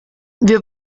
wir